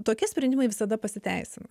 tokie sprendimai visada pasiteisina